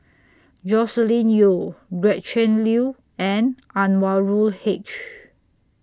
Joscelin Yeo Gretchen Liu and Anwarul Haque